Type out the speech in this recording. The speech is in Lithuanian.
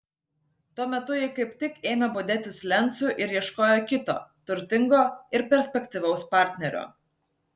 tuo metu ji kaip tik ėmė bodėtis lencu ir ieškojo kito turtingo ir perspektyvaus partnerio